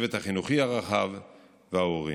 הצוות החינוכי הרחב וההורים.